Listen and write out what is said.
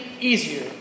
easier